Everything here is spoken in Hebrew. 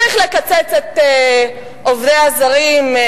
צריך לקצץ את מספר העובדים הזרים,